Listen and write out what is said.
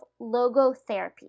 logotherapy